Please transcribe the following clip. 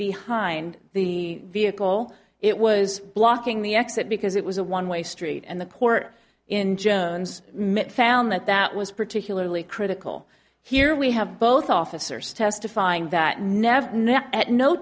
behind the vehicle it was blocking the exit because it was a one way street and the court in jones met found that that was particularly critical here we have both officers testifying that never n